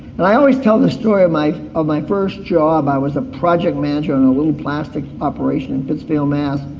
and i always tell the story of my of my first job. i was a project manager in a little plastic operation in pittsfield, mass,